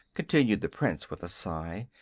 continued the prince, with a sigh,